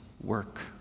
work